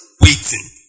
waiting